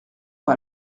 pas